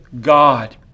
God